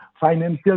financial